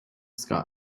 sky